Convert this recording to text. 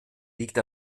liegt